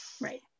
right